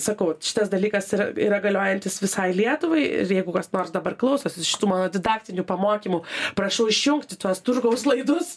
sakau šitas dalykas yra yra galiojantis visai lietuvai ir jeigu kas nors dabar klausosi šitų mano didaktinių pamokymų prašau išjungti tuos turgaus laidus